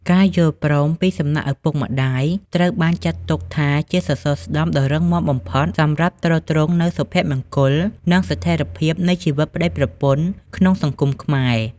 ការយល់ព្រមពីសំណាក់ឪពុកម្ដាយត្រូវបានចាត់ទុកថាជាសសរស្តម្ភដ៏រឹងមាំបំផុត សម្រាប់ទ្រទ្រង់នូវសុភមង្គល និងស្ថិរភាពនៃជីវិតប្ដីប្រពន្ធក្នុងសង្គមខ្មែរ។